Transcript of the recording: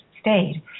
stayed